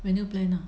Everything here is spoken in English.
menu plan ah